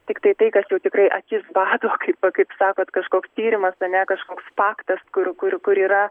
tiktai tai kas jau tikrai akis bado kaip kaip sakot kažkoks tyrimas ane kažkoks faktas kur kur kur yra